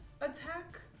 attack